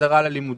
לחזרה ללימודים.